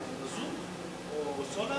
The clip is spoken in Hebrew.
על מזוט או סולר,